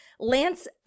Lance